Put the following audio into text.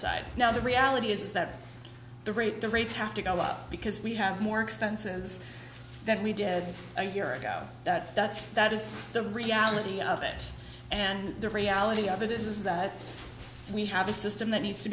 side now the reality is that the rate the rates have to go up because we have more expenses than we did a year ago that that's that is the reality of it and the reality of it is that we have a system that needs to